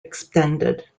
extended